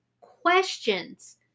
questions